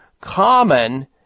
common